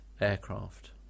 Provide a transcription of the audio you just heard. aircraft